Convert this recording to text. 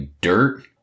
dirt